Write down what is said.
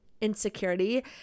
insecurity